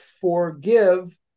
forgive